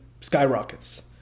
skyrockets